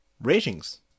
ratings